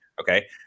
okay